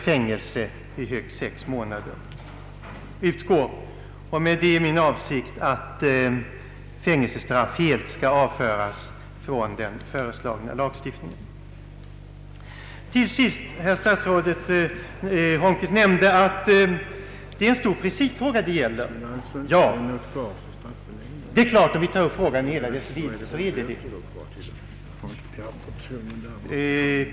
Med detta yrkande är min avsikt att fängelsestraffet helt skall avföras från den föreslagna lagstiftningen. Till sist vill jag bemöta vad statsrådet Holmqvist anförde om att det här gäller en stor principfråga. Om vi tar frågan i hela dess vidd är det riktigt.